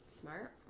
Smart